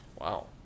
Wow